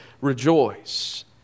rejoice